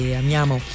amiamo